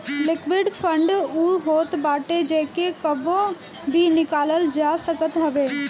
liquid fund उ होत बाटे जेके कबो भी निकालल जा सकत हवे